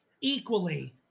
equally